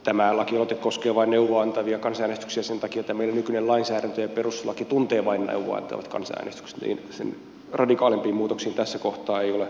tämä lakialoite koskee vain neuvoa antavia kansanäänestyksiä sen takia että tämä meidän nykyinen lainsäädäntö ja perustuslaki tuntee vain neuvoa antavat kansanäänestykset sen radikaalimpiin muutoksiin tässä kohtaa ei ole mahdollisuutta